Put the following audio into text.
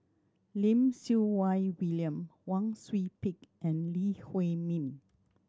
Lim Siew Wai William Wang Sui Pick and Lee Huei Min